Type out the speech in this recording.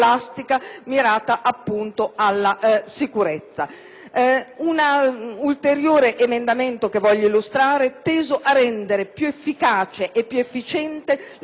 Un ulteriore emendamento che voglio illustrare è teso a rendere più efficace e più efficiente la gestione dei servizi da parte degli enti locali: